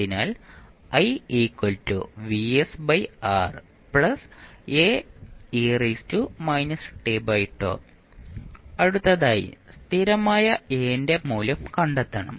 അതിനാൽ അടുത്തതായി സ്ഥിരമായ A ന്റെ മൂല്യം കണ്ടെത്തണം